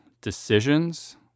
decisions